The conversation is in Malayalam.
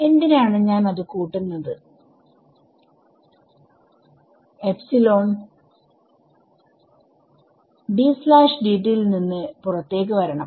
എന്തിനാണ് ഞാൻ അത് കൂട്ടുന്നത്at ൽ നിന്ന് പുറത്തേക്ക് വരണം